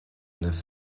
neuf